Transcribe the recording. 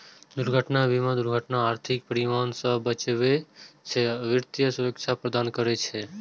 दुर्घटना बीमा दुर्घटनाक आर्थिक परिणाम सं बचबै छै आ वित्तीय सुरक्षा प्रदान करै छै